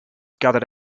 gathered